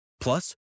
Plus